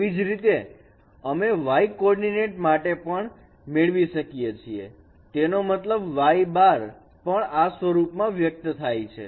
તેવી જ રીતે અમે y કોઓર્ડીનેટ માટે પણ મેળવી શકીએ છીએ તેનો મતલબ y' પણ આ સ્વરૂપમાં વ્યક્ત થાય છે